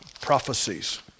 prophecies